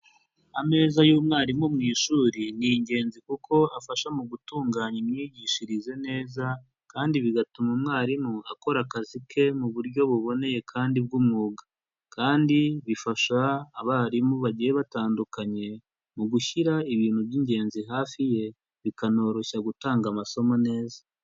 Ameza y'umwarimu mu ishuri ni ingenzi kuko afasha mu gutunganya imyigishirize neza kandi bigatuma umwarimu akora akazi ke mu buryo buboneye kandi bw'umwuga kandi bifasha abarimu bagiye batandukanye, mu gushyira ibintu by'ingenzi hafi ye, bikanoroshya gutanga amasomo neza.